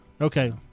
Okay